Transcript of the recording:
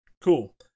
Cool